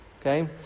Okay